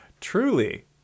Truly